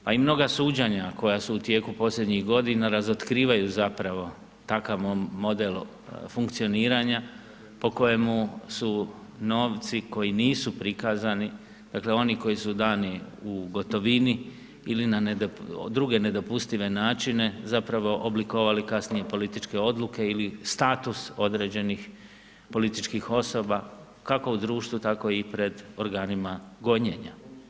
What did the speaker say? Pa i mnoga suđenja koja su u tijeku posljednjih godina razotkrivaju zapravo takav model funkcioniranja po kojemu su novci koji nisu prikazani dakle oni koji su dani u gotovini ili na druge nedopustive načine, zapravo oblikovali kasnije političke odluke ili status određenih političkih osoba kako u društvu tako i pred organima gonjenja.